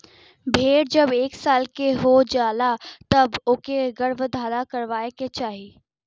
भेड़ जब एक साल के हो जाए तब ओके गर्भधारण करवाए के चाही